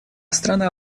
страна